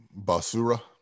Basura